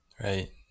Right